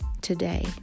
today